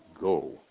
go